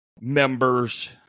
members